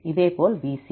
இதேபோல் BC